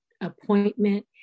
appointment